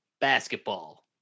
basketball